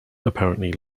apparently